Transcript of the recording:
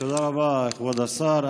תודה רבה, כבוד השר.